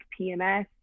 PMS